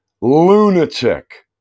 lunatic